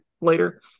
later